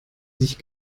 sich